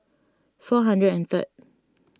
four hundred and third